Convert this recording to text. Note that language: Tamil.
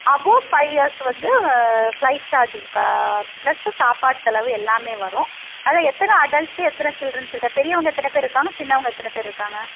அபௌவ் ஃபைவ் இயர்ஸ் வந்து ஃப்ளைட் சார்ஜ் ப்ளஸ் சாப்பாட்டு செலவு எல்லாமே வரும் அதான் எத்தனை அடல்ட்ஸ் எத்தனை சில்ட்ரன்ஸ் இருக்காங்க பெரியவங்க எத்தனை பேர் இருக்காங்க சின்னவங்க எத்தனை பேர் இருக்காங்க